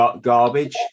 Garbage